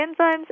enzymes